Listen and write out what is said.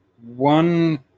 one